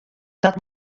dat